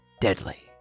Deadly